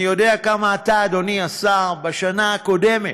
אני יודע כמה אתה, אדוני השר, בשנה הקודמת,